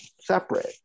separate